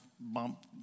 Bump